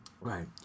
Right